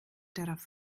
darauf